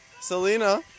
Selena